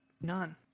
None